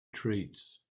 treats